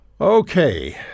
Okay